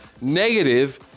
negative